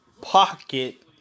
pocket